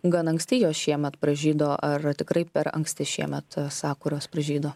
gan anksti jos šiemet pražydo ar tikrai per anksti šiemet sakuros pražydo